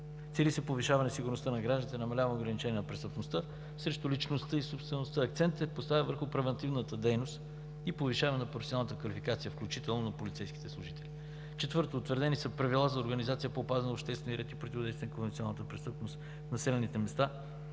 Цели се повишаване сигурността на гражданите, намаляване и ограничение на престъпността срещу личността и собствеността. Акцентът се поставя върху превантивната дейност и повишаване на професионалната квалификация, включително на полицейските служители. Четвърто, утвърдени са Правила за организация по опазване на обществения ред и противодействие на конвенционалната престъпност в населените места,